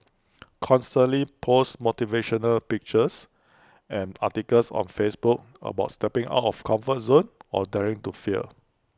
constantly post motivational pictures and articles on Facebook about stepping out of comfort zone or daring to fail